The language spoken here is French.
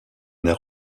n’est